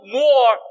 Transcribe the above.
more